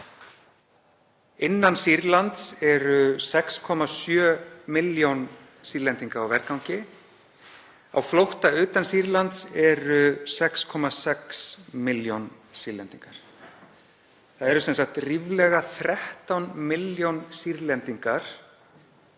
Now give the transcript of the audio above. Innan Sýrlands eru 6,7 milljónir Sýrlendinga á vergangi. Á flótta utan Sýrlands eru 6,6 milljón Sýrlendingar. Því eru ríflega 13 milljón Sýrlendingar